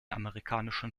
amerikanischen